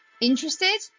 Interested